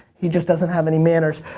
he just doesn't have any manners.